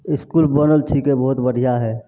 इसकुल बनल छै कि बहुत बढ़िआँ हइ